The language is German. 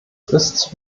ist